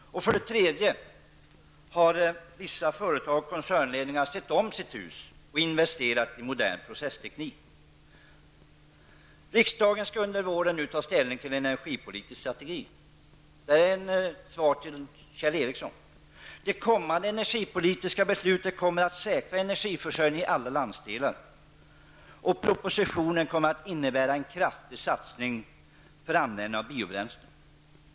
För det tredje har vissa företag och koncernledningar sett om sitt hus och investerat i modern processteknik. Riksdagen skall nu under våren ta ställning till en energipolitisk strategi. Det är ett svar till Kjell Ericsson. Det kommande energipolitiska beslutet kommer att säkra energiförsörjningen i alla landsdelar. Propositionen kommer att innebära en kraftig satsning på användning av biobränsle.